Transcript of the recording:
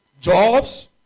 jobs